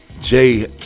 Jay